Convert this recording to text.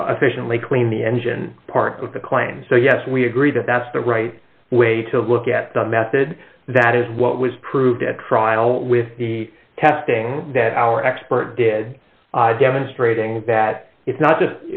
efficiently clean the engine part of the claim so yes we agree that that's the right way to look at the method that is what was proved at trial with the testing that our expert did demonstrating that it's not just